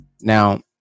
Now